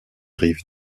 rives